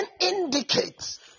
indicates